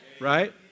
Right